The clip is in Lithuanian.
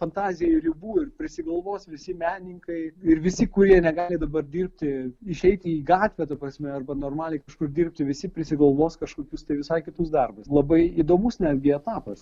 fantazijai ribų ir prisigalvos visi menininkai ir visi kurie negali dabar dirbti išeiti į gatvę ta prasme arba normaliai kažkur dirbti visi prisigalvos kažkokius tai visai kitus darbus labai įdomus netgi etapas